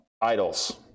idols